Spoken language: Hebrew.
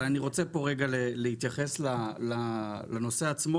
אבל אני רוצה רגע להתייחס לנושא עצמו